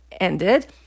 ended